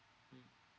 mm